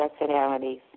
personalities